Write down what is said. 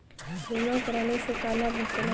बीमा कराने से का लाभ होखेला?